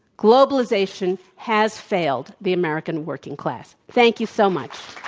globalization has failed the american working class. thank you so much.